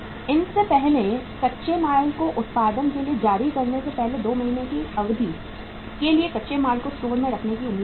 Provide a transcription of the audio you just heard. इन से पहले कच्चे माल को उत्पादन के लिए जारी करने से पहले 2 महीने की अवधि के लिए कच्चे माल के स्टोर में रहने की उम्मीद है